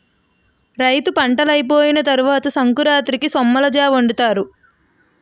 రైతులు పంటలైపోయిన తరవాత సంకురాతిరికి సొమ్మలజావొండుతారు